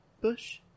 bush